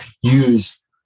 use